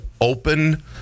open